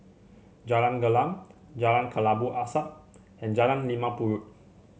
Jalan Gelam Jalan Kelabu Asap and Jalan Limau Purut